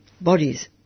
bodies